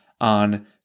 on